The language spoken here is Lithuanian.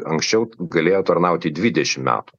anksčiau galėjo tarnauti dvidešim metų